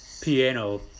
piano